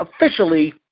officially